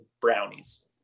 brownies